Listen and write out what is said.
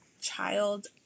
child